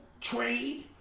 trade